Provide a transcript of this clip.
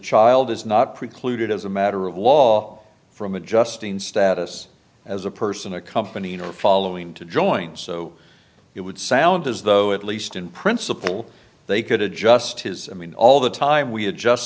child is not precluded as a matter of law from adjusting status as a person accompanying or following to join so it would sound as though at least in principle they could adjust his i mean all the time we had just